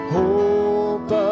hope